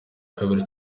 kabiri